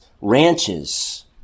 ranches